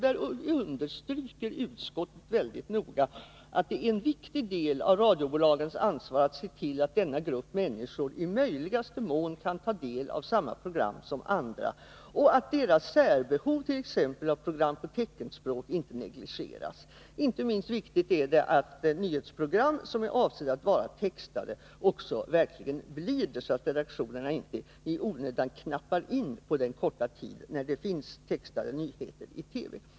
Där understryker utskottet väldigt noga att en viktig del av radiobolagens ansvar är att se till att denna grupp människor i möjligaste mån kan ta del av samma program som andra och att deras särbehov, t.ex. av program på teckenspråk, inte negligeras. Inte minst viktigt är det att nyhetsprogram som är avsedda att vara textade också verkligen blir det, så att redaktionerna inte i onödan knappar in på den korta tid då det finns textade nyheter i TV.